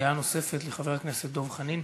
דעה נוספת לחבר הכנסת דב חנין.